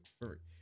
Perfect